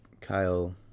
Kyle